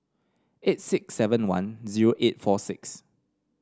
eight six seven one zero eight four six